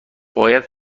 باید